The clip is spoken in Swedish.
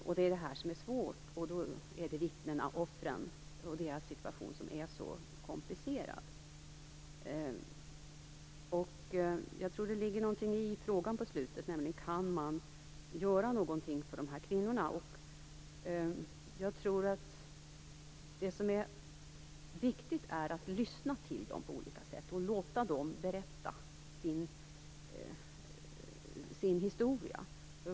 Det här är det svåra, och i det sammanhanget är vittnenas och offrens situation mycket komplicerad. Jag tror att det ligger någonting i det som tas upp i slutet av frågan, nämligen om man kan göra någonting för de här kvinnorna. Jag tror att det är viktigt att på olika sätt lyssna till dem och låta dem berätta sin historia.